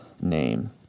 name